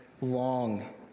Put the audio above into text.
long